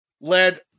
led